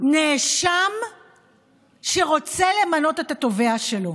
נאשם שרוצה למנות את התובע שלו.